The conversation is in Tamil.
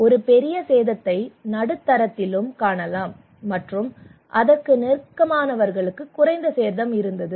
ஒரு பெரிய சேதத்தை நடுத்தரத்திலும் காணலாம் மற்றும் அதற்கு நெருக்கமானவர்களுக்கு குறைந்த சேதம் இருந்தது